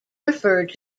referred